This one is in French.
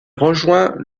rejoint